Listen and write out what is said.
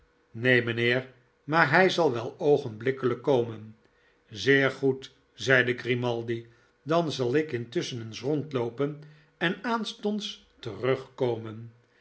neen mijnheer maar hij zal wel oogenblikkelnk komen zeer goed zeide grimaldi dan zalikintusschen eens rondloopen en aanstonds terugkomen